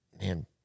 man